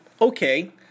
okay